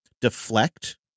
deflect